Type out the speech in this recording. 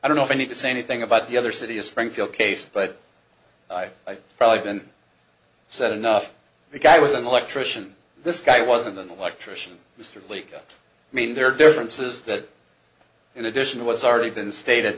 i don't know if i need to say anything about the other city springfield case but probably been so enough the guy was an electrician this guy wasn't an electrician mr blake i mean there are differences that in addition to what's already been stated